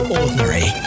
ordinary